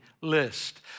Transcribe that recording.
list